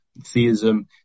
theism